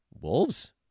Wolves